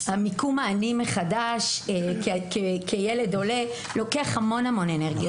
מיקום האני מחדש כילד עולה לוקח המון אנרגיות.